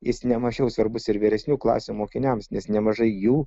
jis nemažiau svarbus ir vyresnių klasių mokiniams nes nemažai jų